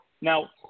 Now